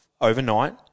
overnight